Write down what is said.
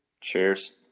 Cheers